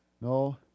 No